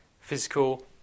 Physical